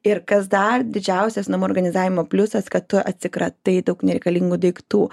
ir kas dar didžiausias namų organizavimo pliusas kad tu atsikratai daug nereikalingų daiktų